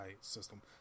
system